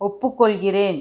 ஒப்புக்கொள்கிறேன்